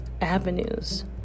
avenues